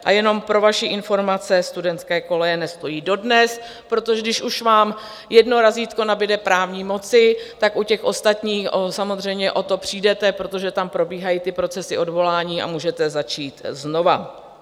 A jenom pro vaši informaci, studentské koleje nestojí dodnes, protože když už vám jedno razítko nabyde právní moci, u těch ostatních samozřejmě o to přijdete, protože tam probíhají ty procesy odvolání, a můžete začít znova.